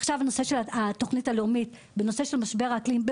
עכשיו נושא התוכנית הלאומית בנושא משבר האקלים,